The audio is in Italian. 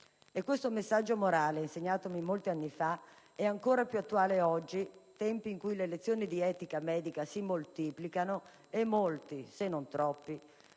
E questo messaggio morale, insegnatomi molti anni fa è ancora attuale oggi, in tempi in cui le lezioni di etica medica si moltiplicano e molti (se non troppi)